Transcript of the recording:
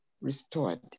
restored